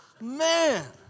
Man